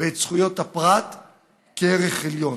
ואת זכויות הפרט כערך עליון.